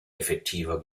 effektiver